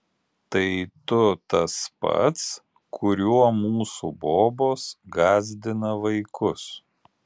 tai tu tas pats kuriuo mūsų bobos gąsdina vaikus